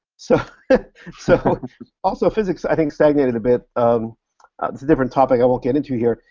so so also physics, i think, stagnated a bit. um that's a different topic i won't get into here.